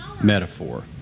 metaphor